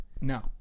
No